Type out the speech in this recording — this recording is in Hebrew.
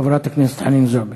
חברת הכנסת חנין זועבי.